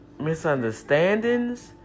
misunderstandings